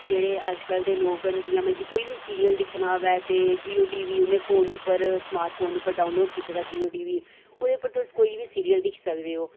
जेह्ड़े अज्जकल दे लोग न जियां मतलब कोई बी सीरियल दिक्खना होवै ते जियो टीवी उनें फोन उप्पर स्मार्टफोन उप्पर डाउनलोड कीते दा जियो टीवी ओह्दे उप्पर तुस कोई बी सीरियल दिक्खी सकदे ओ